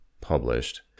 published